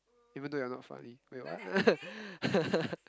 even though you're not funny wait what